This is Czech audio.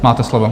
Máte slovo.